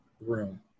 room